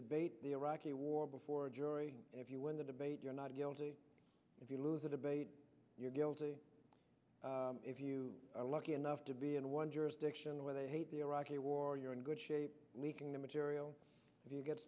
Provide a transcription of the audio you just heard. debate the iraqi war before a jury if you win the debate you're not if you lose the debate you're guilty if you are lucky enough to be in one jurisdiction where they hate the iraqi war you're in good shape leaking the material if you get